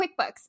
QuickBooks